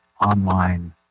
online